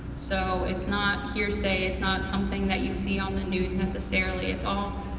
so it's not here say, it's not something that you see on the news necessarily, it's all